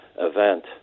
event